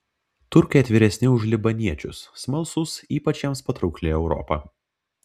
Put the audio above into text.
turkai atviresni už libaniečius smalsūs ypač jiems patraukli europa